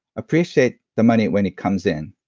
appreciate the money when it comes in,